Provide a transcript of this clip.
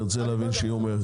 אני רוצה להבין כשהיא אומרת.